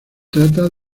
trata